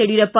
Yediyurappa